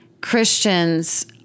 Christians